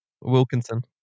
wilkinson